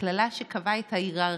הקללה שקבעה את ההיררכיה.